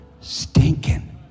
stinking